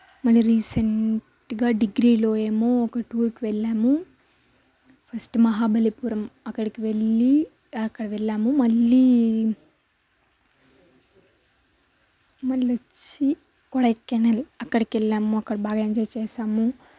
మొన్న రీసెంట్గా డిగ్రీలో ఏమో ఒక టూర్కి వెళ్ళాము ఫస్ట్ మహాబలిపురం అక్కడికి వెళ్లి అక్కడ వెళ్ళాము మళ్లీ మళ్లీ వచ్చి కొడైకెనాల్ అక్కడికి వెళ్ళాము అక్కడ బాగా ఎంజాయ్ చేసాము